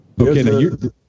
Okay